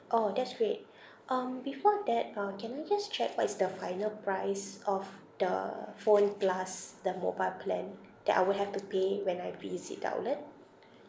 orh that's great um before that uh can I just check what is the final price of the phone plus the mobile plan that I would have to pay when I visit the outlet